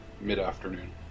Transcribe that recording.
mid-afternoon